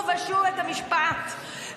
אני באמת מאחלת לראש הממשלה שהאמת תצא לאור,